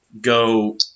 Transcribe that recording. go